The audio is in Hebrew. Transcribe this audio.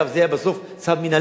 אגב, זה היה בסוף צו מינהלי.